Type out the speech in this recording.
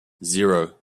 zero